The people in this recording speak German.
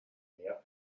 mär